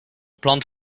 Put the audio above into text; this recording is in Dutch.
plant